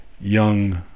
young